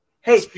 hey